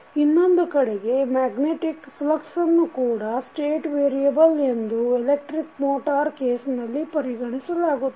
ಇನ್ನೊಂದು ಕಡೆಗೆ ಮ್ಯಾಗ್ನೆಟಿಕ್ ಫ್ಲಕ್ಸನ್ನು ಕೂಡ ಸ್ಟೇಟ್ ವೇರಿಯಬಲ್ ಎಂದು ಎಲೆಕ್ಟ್ರಿಕ್ ಮೋಟಾರ್ ಕೇಸ್ನಲ್ಲಿ ಪರಿಗಣಿಸಲಾಗುತ್ತದೆ